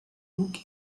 look